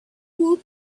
woot